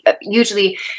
usually